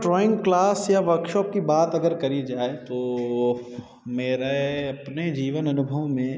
drawing class या workshop की बात अगर करी जाए तो मेरे अपने जीवन अनुभव में